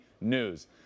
News